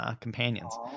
companions